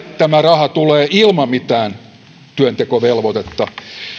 tämä raha tulee ilman mitään työntekovelvoitetta